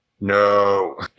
No